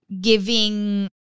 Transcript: giving